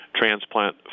transplant